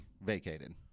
vacated